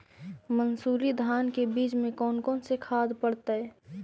मंसूरी धान के बीज में कौन कौन से खाद पड़तै?